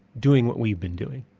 doing what we've been doing,